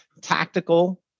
tactical